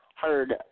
Heard